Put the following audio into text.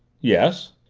yes?